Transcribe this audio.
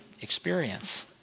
experience